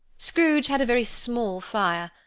scrooge had a very small fire,